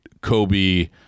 Kobe